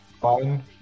fine